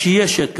אז שיהיה שד כזה.